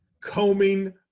combing